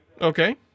Okay